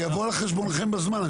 זה יבוא על חשבונכם בזמן.